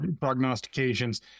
prognostications